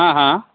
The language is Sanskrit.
हा हा